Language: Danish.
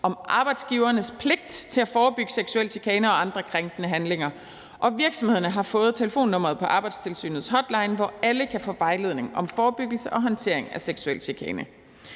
om arbejdsgivernes pligt til at forebygge seksuel chikane og andre krænkende handlinger, og virksomhederne har fået telefonnummeret på Arbejdstilsynets hotline, hvor alle kan få vejledning om forebyggelse og håndtering af seksuel chikane.